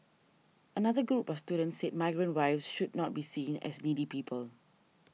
another group of students said migrant wives should not be seen as needy people